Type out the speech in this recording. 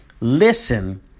listen